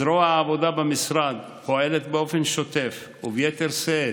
זרוע העבודה במשרד פועלת באופן שוטף וביתר שאת